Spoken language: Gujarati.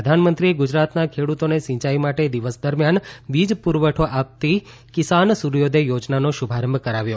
પ્રધાનમંત્રીએ ગુજરાતના ખેડુતોને સિંચાઇ માટે દિવસ દરમિયાન વિજ પુરવઠો આપતી કિસાન સૂર્યોદથ યોજનાનો શુભારંભ કરાવ્યો